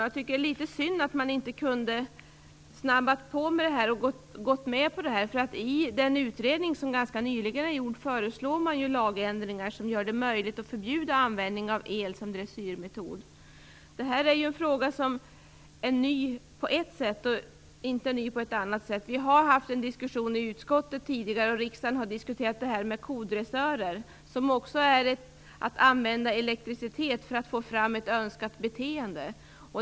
Jag tycker att det är synd att man inte kunde snabba på med det här. I den utredning som gjordes ganska nyligen föreslogs lagändringar som gör det möjligt att förbjuda användning av el som dressyrmetod. Den frågan är ny på ett sätt och inte ny på ett annat sätt. Vi har haft en diskussion i utskottet tidigare. Riksdagen har diskuterat frågan om kodressörer, som också innebär användning av elektricitet för att få fram ett önskat beteende.